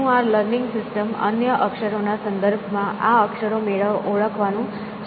શું આ learning system અન્ય અક્ષરોના સંદર્ભમાં આ અક્ષરો ઓળખવાનું શીખી શકશે